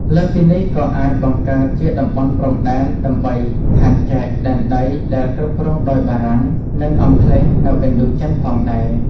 លើសពីនេះ ក៏អាចបង្កើតជាតំបន់ព្រំដែនដើម្បីខណ្ឌចែកដែនដីដែលគ្រប់គ្រងដោយបារាំង និងអង់គ្លេសនៅឥណ្ឌូចិនផងដែរ។